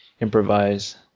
improvise